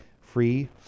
Free